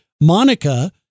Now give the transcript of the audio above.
Monica